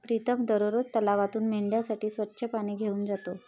प्रीतम दररोज तलावातून मेंढ्यांसाठी स्वच्छ पाणी घेऊन जातो